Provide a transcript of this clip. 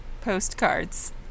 postcards